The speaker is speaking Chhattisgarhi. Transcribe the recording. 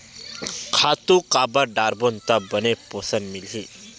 खातु काबर डारबो त बने पोषण मिलही?